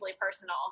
personal